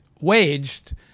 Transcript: waged